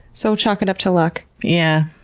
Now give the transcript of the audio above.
so, chalk it up to luck. yeah